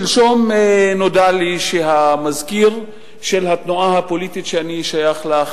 שלשום נודע לי שהמזכיר של התנועה הפוליטית שאני שייך לה,